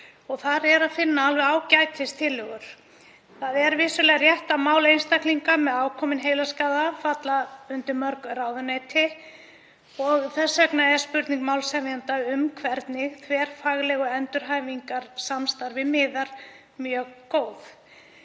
Þar er að finna ágætistillögur. Það er vissulega rétt að mál einstaklinga með ákominn heilaskaða falla undir mörg ráðuneyti. Þess vegna er spurning málshefjanda, um hvernig þverfaglegu endurhæfingarsamstarfi miði, mjög góð.